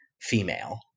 female